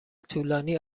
طولانی